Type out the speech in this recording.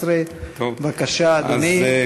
11, בבקשה, אדוני.